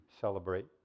celebrate